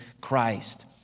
Christ